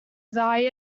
ddau